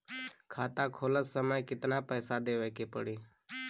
खाता खोलत समय कितना पैसा देवे के पड़ी?